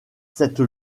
cette